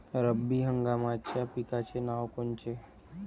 रब्बी हंगामाच्या पिकाचे नावं कोनचे?